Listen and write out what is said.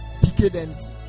decadence